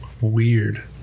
weird